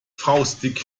faustdick